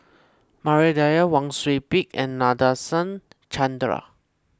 Maria Dyer Wang Sui Pick and Nadasen Chandra